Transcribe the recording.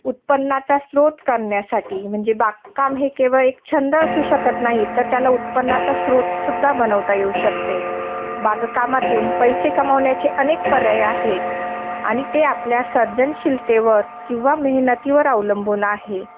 उत्पन्नाचा स्रोत करण्यासाठी म्हणजे बागकाम हे केवळ एक छंद असू शकत नाही तर त्याला उत्पन्नाचा स्रोत सुद्धा बनवता येऊ शकते बागकामातून पैसे कमावण्याचे अनेक पर्याय आहेत आणि ते आपल्या सर्जनशीलतेवर किंवा मेहनतीवर अवलंबून आहे